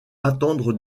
attendre